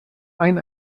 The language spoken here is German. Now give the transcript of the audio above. ein